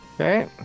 Okay